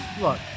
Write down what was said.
look